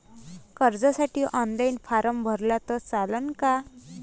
कर्जसाठी online form भरला तर चालन का?